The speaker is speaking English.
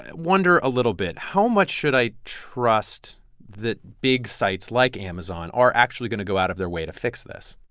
ah wonder a little bit, how much should i trust that big sites like amazon are actually going to go out of their way to fix this?